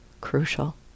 crucial